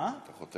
חותר